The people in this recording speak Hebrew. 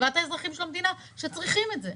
לטובת האזרחים של המדינה שצריכים את זה.